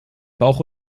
bauch